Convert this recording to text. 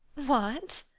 what!